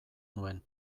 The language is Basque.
nuen